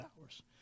hours